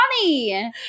funny